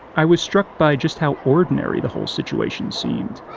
i was struck by just how ordinary the whole situation seemed.